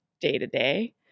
day-to-day